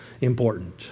important